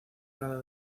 nada